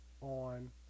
on